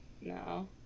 No